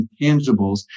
intangibles